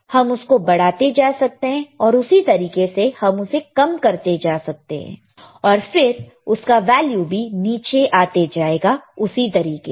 हम उसको बढ़ाते जा सकते हैं और उसी तरीके से हम उसे कम करते जा सकते हैं तो फिर उसका वैल्यू भी नीचे आते जाएगा उसी तरीके से